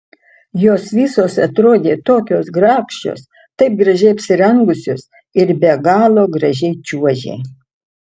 jos visos atrodė tokios grakščios taip gražiai apsirengusios ir be galo gražiai čiuožė